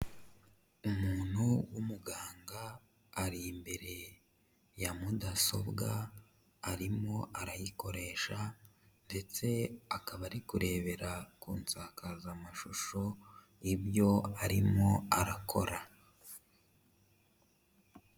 Umuntu w'umuganga ari imbere ya mudasobwa, arimo arayikoresha ndetse akaba ari kurebera ku nsakazamashusho ibyo arimo arakora.